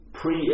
pre